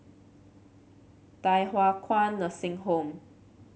Thye Hua Kwan Nursing Home